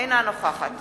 אינה נוכחת